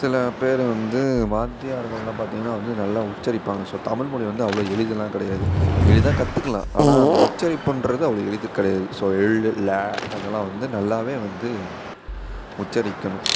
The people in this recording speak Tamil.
சில பேர் வந்து வாத்தியார்கள்லாம் பார்த்தீங்கன்னா வந்து நல்லா உச்சரிப்பாங்க ஸோ தமிழ் மொழி வந்து அவ்வளோ எளிதுலாம் கிடையாது எளிதாக கற்றுக்கலாம் ஆனால் அந்த உச்சரிப்புன்றது அவ்வளோ எளிது கிடையாது ஸோ ழ் ல அதெல்லாம் வந்து நல்லா வந்து உச்சரிக்கணும்